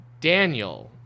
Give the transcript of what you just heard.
daniel